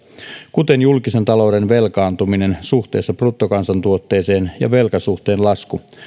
kuten julkisen talouden velkaantuminen suhteessa bruttokansantuotteeseen ja velkasuhteen lasku